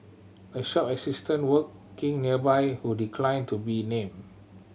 a shop assistant working nearby who declined to be named